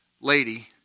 lady